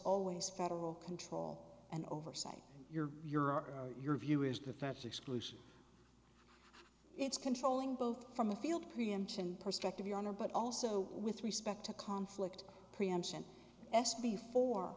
always federal control and oversight your your are your view is good fats exclusion it's controlling both from the field preemption perspective your honor but also with respect to conflict preemption s before